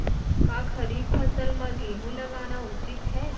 का खरीफ फसल म गेहूँ लगाना उचित है?